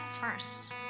first